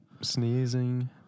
Sneezing